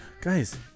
Guys